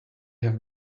have